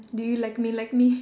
do you like me like me